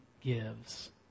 gives